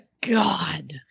God